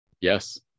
Yes